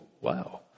wow